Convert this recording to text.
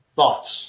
Thoughts